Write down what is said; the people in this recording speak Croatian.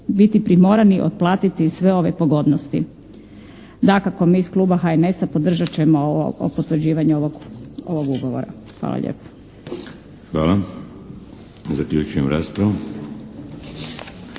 biti primorani otplatiti sve ove pogodnosti. Dakako, mi iz Kluba HNS-a podržat ćemo potvrđivanje ovog ugovora. Hvala lijepo. **Šeks, Vladimir